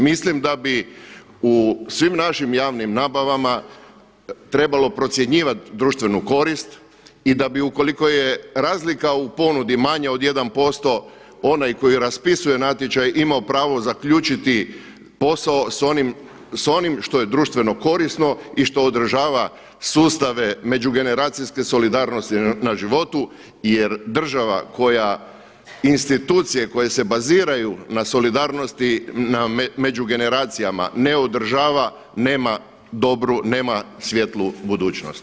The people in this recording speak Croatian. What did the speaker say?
Mislim da bi u svim našim javnim nabavama trebalo procjenjivati društvenu korist i da bi ukoliko je razlika u ponudi manja od 1% onaj koji raspisuje natječaj imao pravo zaključiti posao sa onim što je društveno korisno i što održava sustave međugeneracijske solidarnosti na životu jer država koja, institucije koje se baziraju na solidarnosti, na među generacijama ne održava nema dobru, nema svijetlu budućnost.